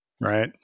Right